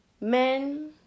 men